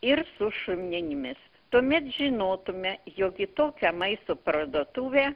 ir su šuninmis tuomet žinotume jog į tokią maisto parduotuvę